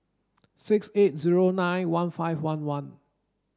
six eight zero nine one five one one